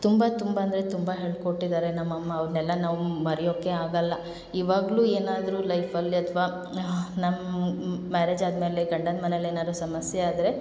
ತುಂಬ ತುಂಬ ಅಂದರೆ ತುಂಬ ಹೇಳಿಕೊಟ್ಟಿದ್ದಾರೆ ನಮ್ಮ ಅಮ್ಮ ಅವನ್ನೆಲ್ಲ ನಾವು ಮರೆಯೋಕ್ಕೆ ಆಗಲ್ಲ ಇವಾಗ್ಲೂ ಏನಾದ್ರೂ ಲೈಫಲ್ಲಿ ಅಥ್ವಾ ನಮ್ಮ ಮ್ಯಾರೇಜ್ ಆದ ಮೇಲೆ ಗಂಡನ ಮನೆಲಿ ಏನಾದ್ರು ಸಮಸ್ಯೆ ಆದರೆ